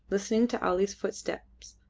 listening to ali's footsteps,